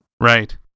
Right